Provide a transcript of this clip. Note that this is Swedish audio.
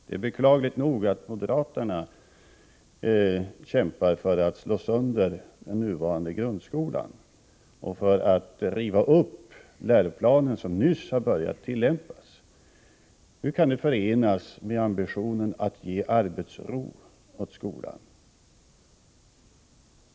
Det är beklagligt nog att moderaterna kämpar för att slå sönder den nuvarande grundskolan och för att riva upp den läroplan som nyligen har börjat tillämpas. Hur kan det förenas med ambitionen att ge skolan arbetsro?